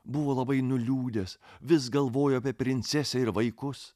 buvo labai nuliūdęs vis galvojo apie princesę ir vaikus